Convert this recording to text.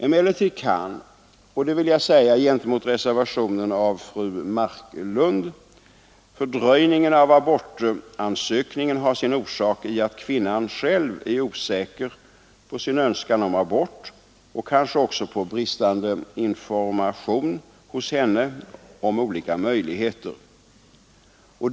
Emellertid kan — och det vill jag säga gentemot reservationen av fru Marklund — fördröjningen av abortansökningen ha sin orsak i att kvinnan själv är osäker på sin önskan om abort och kanske också i bristande information hos henne om olika möjligheter.